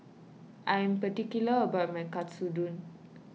I am particular about my Katsudon